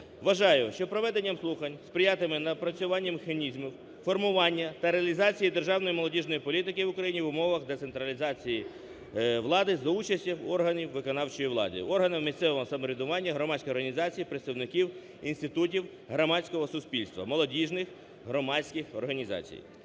Вважаю, що проведенням слухань сприятиме напрацювання механізму формування та реалізації державної молодіжної політики в Україні в умовах децентралізації влади за участю органів виконавчої влади: органів місцевого самоврядування, громадських організацій, представників інститутів громадського суспільства, молодіжних громадських організацій.